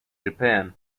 japan